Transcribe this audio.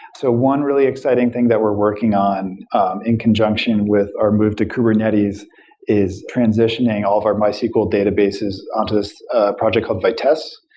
so one really exciting thing that we're working on in conjunction with our move to kubernetes is transitioning all of our mysql databases on to this project called vitess,